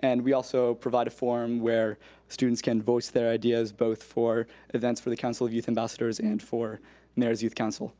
and we also provide a forum where students can voice their ideas both for events for the council of youth ambassadors and for mayor's youth council.